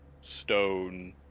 stone